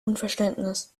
unverständnis